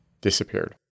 disappeared